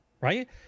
Right